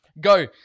Go